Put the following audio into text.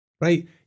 right